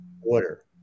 order